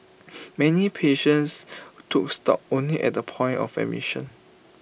many patients took stock only at the point of admission